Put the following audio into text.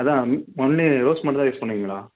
அதுதான் only rose மட்டும் தான் யூஸ் பண்ணுவீங்களா